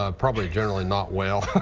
ah probably generally not well.